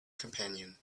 companion